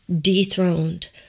dethroned